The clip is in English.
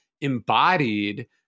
embodied